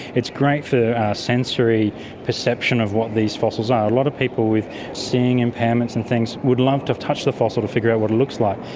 it's great for sensory perception of what these fossils are. a lot of people with seeing impairments and things would love to touch the fossil to figure out what it looks like.